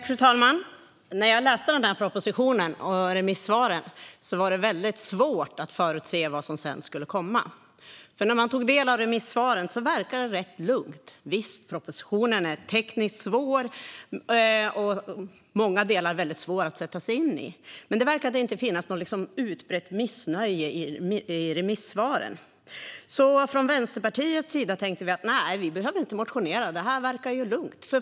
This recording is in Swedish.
Fru talman! När jag läste propositionen och remissvaren var det väldigt svårt att förutse vad som sedan skulle komma. När man tog del av remisssvaren verkade det rätt lugnt. Visst är propositionen tekniskt svår, och många delar är väldigt svåra att sätta sig in i. Men det verkade inte finnas något utbrett missnöje i remissvaren. Från Vänsterpartiets sida tänkte vi: Vi behöver inte motionera. Det här verkar lugnt.